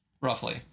Roughly